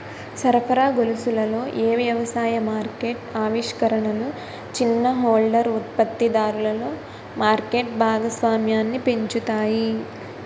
సరఫరా గొలుసులలో ఏ వ్యవసాయ మార్కెట్ ఆవిష్కరణలు చిన్న హోల్డర్ ఉత్పత్తిదారులలో మార్కెట్ భాగస్వామ్యాన్ని పెంచుతాయి?